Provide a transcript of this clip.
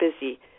busy